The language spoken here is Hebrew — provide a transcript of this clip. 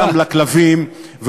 אותם לכלבים,